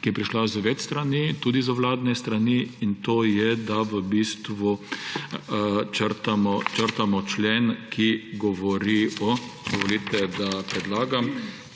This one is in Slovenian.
ki je prišla z več strani, tudi z vladne strani, in to je, da v bistvu črtamo člen, ki govori – dovolite, da predlagam